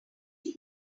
i’ve